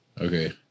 Okay